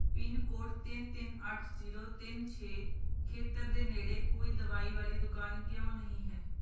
pin code ਤਿੰਨ ਤਿੰਨ ਅੱਠ ਜ਼ੀਰੋ ਤਿੰਨ ਛੇ ਖੇਤਰ ਦੇ ਨੇੜੇ ਕੋਈ ਦਵਾਈ ਵਾਲੀ ਦੁਕਾਨ ਕਿਉਂ ਨਹੀਂ ਹੈ